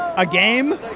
a game?